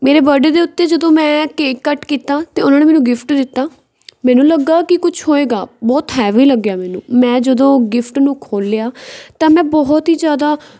ਮੇਰੇ ਬਰਥਡੇ ਦੇ ਉੱਤੇ ਜਦੋਂ ਮੈਂ ਕੇਕ ਕੱਟ ਕੀਤਾ ਤਾਂ ਉਹਨਾਂ ਨੇ ਮੈਨੂੰ ਗਿਫਟ ਦਿੱਤਾ ਮੈਨੂੰ ਲੱਗਾ ਕਿ ਕੁਛ ਹੋਏਗਾ ਬਹੁਤ ਹੈਵੀ ਲੱਗਿਆ ਮੈਨੂੰ ਮੈਂ ਜਦੋਂ ਗਿਫਟ ਨੂੰ ਖੋਲ੍ਹਿਆ ਤਾਂ ਮੈਂ ਬਹੁਤ ਹੀ ਜ਼ਿਆਦਾ